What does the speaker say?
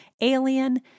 Alien